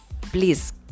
please